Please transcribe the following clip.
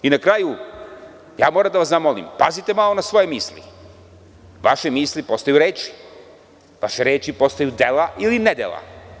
I na kraju, ja moram da vas zamolim, pazite malo na svoje misli, vaše misli postaju reči, vaše reči postaju dela ili nedela.